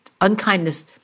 unkindness